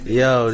yo